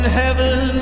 heaven